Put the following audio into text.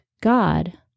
God